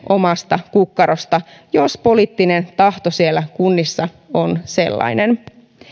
omasta kukkarosta jos poliittinen tahto siellä kunnissa on sellainen